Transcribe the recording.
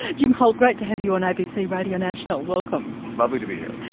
yeah jim holt, great to have you on abc radio national, welcome. lovely to be here.